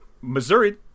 Missouri